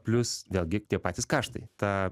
plius vėlgi tie patys kaštai tą